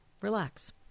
Relax